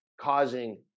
causing